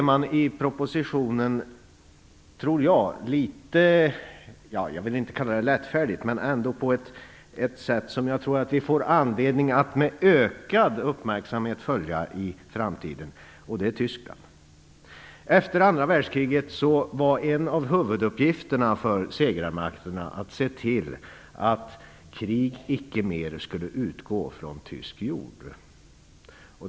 I propositionen tar man upp detta på ett sätt - jag vill inte kalla det för lättfärdigt - som jag tror att vi får anledning att följa med ökad uppmärksamhet i framtiden. Det gäller Tyskland. Efter andra världskriget var en av huvuduppgifterna för segrarmakterna att se till att krig icke mer skulle utgå från tysk jord.